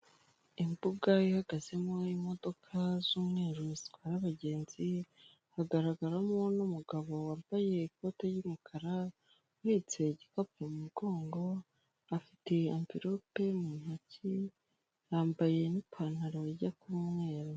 Imbuga ihagazemo imodoka z'umweru zitwara abagenzi, hagaragaramo n'umugabo wambaye ikoti ry'umukara uhetse igikapu mu mugongo, afite anvelope mu ntoki, yambaye n'ipantaro ijya kuba umweru.